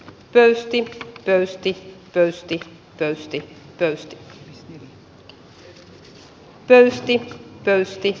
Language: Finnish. pöysti pöysti pöysti pyydän seuraavat edustajat